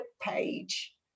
page